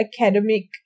academic